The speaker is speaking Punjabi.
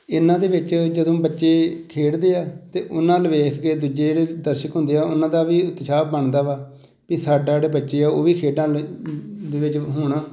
ਇਹਨਾਂ ਦੇ ਵਿੱਚ ਜਦੋਂ ਬੱਚੇ ਖੇਡਦੇ ਆ ਤਾਂ ਉਹਨਾਂ ਨੂੰ ਵੇਖਕੇ ਦੂਜੇ ਜਿਹੜੇ ਦਰਸ਼ਕ ਹੁੰਦੇ ਆ ਉਹਨਾਂ ਦਾ ਵੀ ਉਤਸ਼ਾਹ ਬਣਦਾ ਵਾ ਵੀ ਸਾਡਾ ਜਿਹੜੇ ਬੱਚੇ ਆ ਉਹ ਵੀ ਖੇਡਾਂ ਲਈ ਦੇ ਵਿੱਚ ਹੋਣ